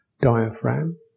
diaphragm